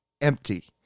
empty